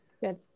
good